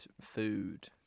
food